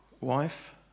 wife